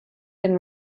and